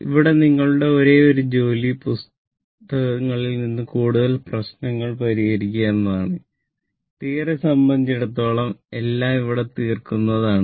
ഇവിടെ നിങ്ങളുടെ ഒരേയൊരു ജോലി പുസ്തകങ്ങളിൽ നിന്ന് കൂടുതൽ പ്രശ്നങ്ങൾ പരിഹരിക്കുക എന്നതാണ്